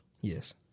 Yes